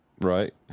Right